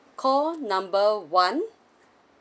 call number one